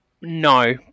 No